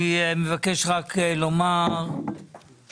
אני מבקש רק לומר,